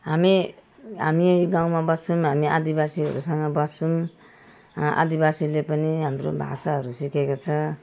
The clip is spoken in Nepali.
हामी हामी गाउँमा बस्छौँ हामी आदिवासीहरूसँग बस्छौँ आदिवासीले पनि हाम्रो भाषाहरू सिकेको छ